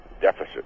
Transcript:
deficit